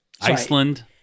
Iceland